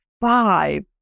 five